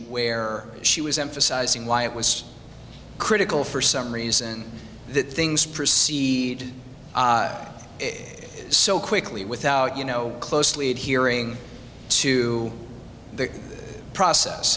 where she was emphasizing why it was critical for some reason that things proceed so quickly without you know closely at hearing to the process